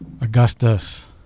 Augustus